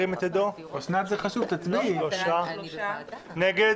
הצבעה בעד - 3 נגד